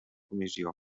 comissió